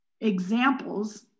examples